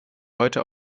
heute